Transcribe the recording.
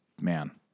Man